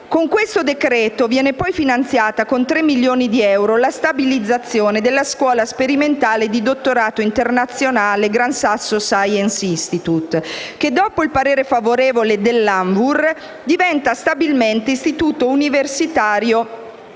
Con questo decreto viene poi finanziata con 3 milioni di euro la stabilizzazione della Scuola sperimentale di dottorato internazionale Gran Sasso Science Institute (GSSI) che, dopo il parere favorevole dell'ANVUR, diventa stabilmente istituto universitario